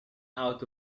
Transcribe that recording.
out